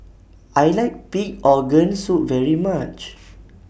I like Pig Organ Soup very much